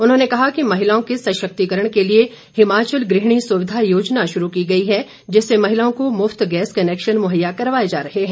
उन्होंने कहा कि महिलाओं के सशक्तिकरण के लिए हिमाचल गृहणी सुविधा योजना शुरू की गई है जिससे महिलाओं को मुफ्त गैस कनेकशन मुहैया करवाये जा रहे हैं